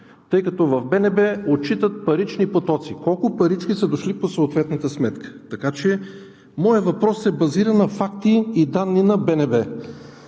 тъй като в БНБ отчитат паричните потоци и колко парички са дошли по съответната сметка. Така че моят въпрос се базира на факти и данни на БНБ.